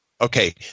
Okay